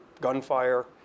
gunfire